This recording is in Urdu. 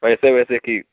پیسے ویسے کی